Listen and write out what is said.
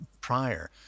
prior